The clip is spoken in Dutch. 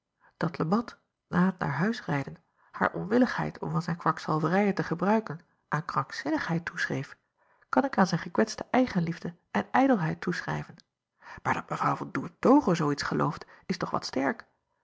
at e at na t naar huis rijden haar onwilligheid om van zijn kwakzalverijen te gebruiken aan krankzinnigheid toeschreef kan ik aan zijn gekwetste eigenliefde en ijdelheid toeschrijven maar dat w an oertoghe zoo iets gelooft is toch wat sterk